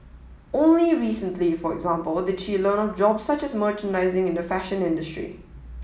only recently for example did she learn of jobs such as merchandising in the fashion industry